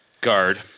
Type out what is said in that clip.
guard